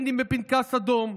בין אם בפנקס אדום,